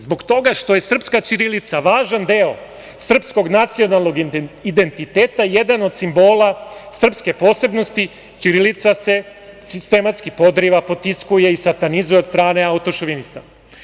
Zbog toga što je srpska ćirilica važan deo srpskog nacionalnog identiteta, jedan od simbola srpske posebnosti, ćirilica se sistematski podriva, potiskuje i satanizuje od strane autošovinista.